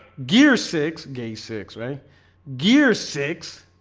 gear six gay six right gear six